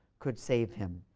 could save him